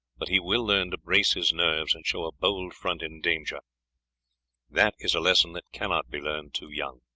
but he will learn to brace his nerves and show a bold front in danger that is a lesson that cannot be learned too young.